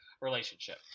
relationship